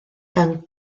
gan